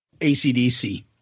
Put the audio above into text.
ACDC